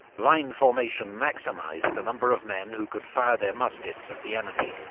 line formation maximised the number of men who could fire their muskets at the enemy,